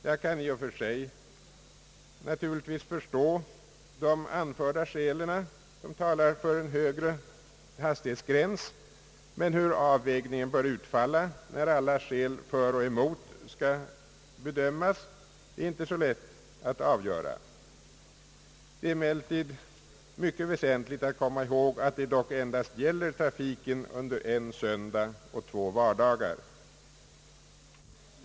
Jag kan i och för sig naturligtvis förstå de anförda skäl som talar för högre hastighetsgräns, men hur avvägningen bör utfalla när alla skäl för och emot skall bedömas är inte så lätt att avgöra. Det är emellertid mycket väsentligt att komma ihåg, att det dock endast gäller trafiken under en söndag och två vardagar.